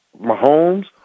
Mahomes